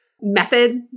method